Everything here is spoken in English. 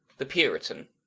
the puritan